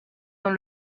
dans